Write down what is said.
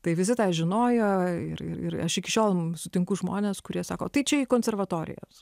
tai visi tą žinojo ir ir aš iki šiol sutinku žmones kurie sako tai čia į konservatorijos